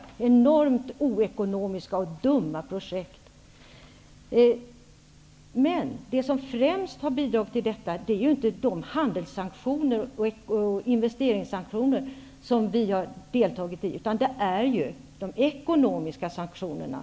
Det har varit enormt oekonomiska och dumma projekt. Men det som främst har bidragit till detta är inte de handels och investeringssanktioner som vi har deltagit i, utan det är de ekonomiska sanktionerna.